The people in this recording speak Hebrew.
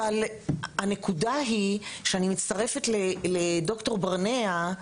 אבל הנקודה היא, שאני מצטרפת לד״ר ברנע,